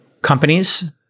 companies